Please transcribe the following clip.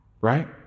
right